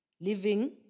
Living